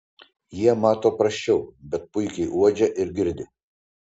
jie mato prasčiau bet puikiai uodžia ir girdi